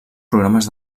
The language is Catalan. programes